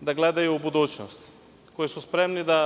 da gledaju u budućnosti, koji su spremni da